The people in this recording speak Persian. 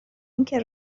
اینکه